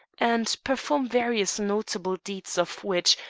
and perform various notable deeds, of which,